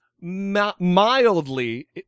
mildly